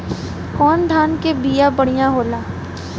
कौन धान के बिया बढ़ियां होला?